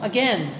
Again